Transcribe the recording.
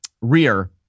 rear